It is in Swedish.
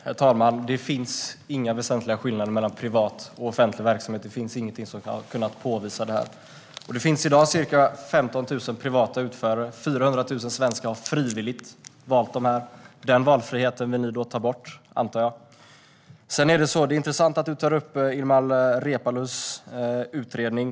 Herr talman! Det finns inga väsentliga skillnader mellan privat och offentlig verksamhet. Det finns ingenting som har kunnat påvisa det. Det finns i dag ca 15 000 privata utförare, och 400 000 svenskar har frivilligt valt dem. Den valfriheten vill ni ta bort, antar jag. Det är intressant att Niklas Karlsson tar upp Ilmar Reepalus utredning.